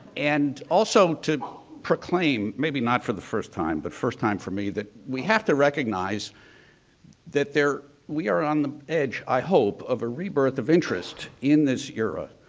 and also, to proclaim, maybe not for the first time, but first time for me that we have to recognize that they're we are on the edge, i hope, of a rebirth of interest in this era.